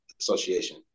Association